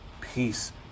peace